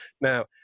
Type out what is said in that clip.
Now